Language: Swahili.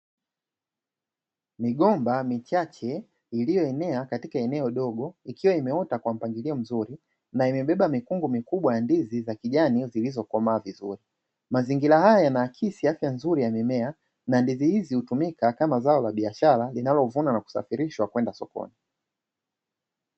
Migomba michache iliyoenea katika eneo dogo, ikiwa imeota kwa mpangilio mzuri, na imebeba mikungu mikubwa ya ndizi za kijani zilizokomaa vizuri. Mazingira haya yanaakisi afya nzuri ya mimea na ndizi hizi hutumika kama zao la biashara linalovunwa na kusafirishwa kwenda sokoni.